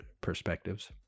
perspectives